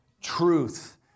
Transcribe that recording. truth